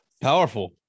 powerful